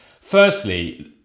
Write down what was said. Firstly